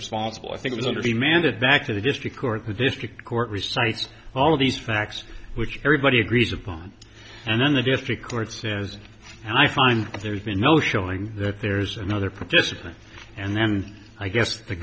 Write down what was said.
responsible i think it will be mended back to the district court the district court recites all of these facts which everybody agrees upon and then the district court says and i find that there's been no showing that there's another participant and then i guess the